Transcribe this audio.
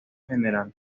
general